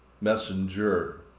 messenger